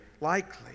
likely